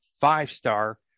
five-star